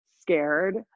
scared